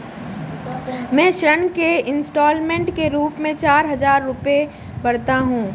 मैं ऋण के इन्स्टालमेंट के रूप में चार हजार रुपए भरता हूँ